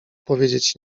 powiedzieć